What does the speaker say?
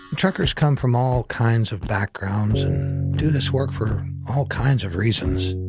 truckers come from all kinds of backgrounds and do this work for all kinds of reasons.